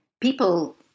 people